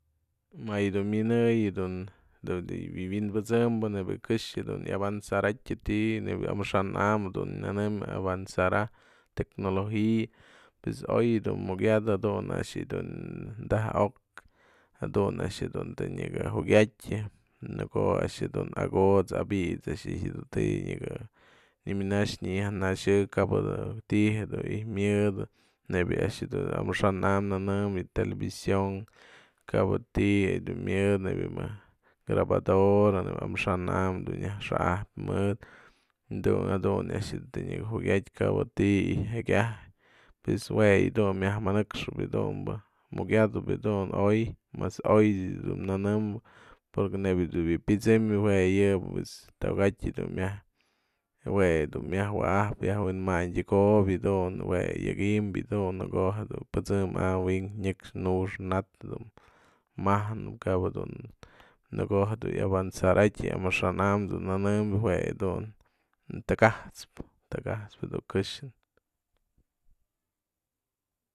Më yë dun minëyën yë dun wë wi'inbësëmbë nebya këxë dun iavanzaratën ti'i, nebia amaxa'an am dun nënëm avanzarajpë tecnologia pues oy dun mjukyatëp dun a'ax dun daj ok jadun a'ax dun të nyaka jukiatyë në ko'o a'ax jedun a ko'ots a pi'its a'ax dun ijtyë nëmyanaxë nyayaj naxyëkap du ti'i je ijtyë myëdë nebya a'ax dun amaxa'an am nënëm television, kap je ti'i ijtyë dun myëdë nebya mejk grabadora, amaxa'am dun nyaj xa'ajpyädun mëdë jadun a'ax të nyaka jukyatëkap ti'i ijtë jekiatyë pues jue yë dun myaj manëkxëp yë dunbë, mjukiatëp jedun oy y mas o y ech dun nënëmporque nebya dun wya pyët'sëmyën jue yë bë pues toka'atyë myaj, jue dun myaj wa'ajpë yaj wi'inmayndëkopë yë dun, jue yëk imbë në ko'o jedun pët'sëmam wi'inpë nyëkxë nux nat du mjajnëp, kabadun në ko'o je dun iavanzaratë yë amaxa'an am dun nënëm jue yë dun taka'atspë, taka'atspë du këxë.